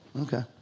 Okay